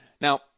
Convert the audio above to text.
now